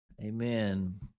amen